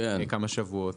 לפני כמה שבועות.